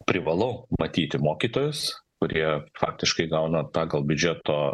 privalau matyti mokytojus kurie faktiškai gauna pagal biudžeto